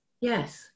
yes